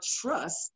trust